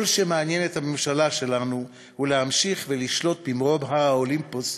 כל שמעניין את הממשלה שלנו הוא להמשיך ולשלוט ממרום האולימפוס.